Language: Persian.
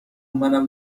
منم